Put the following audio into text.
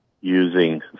using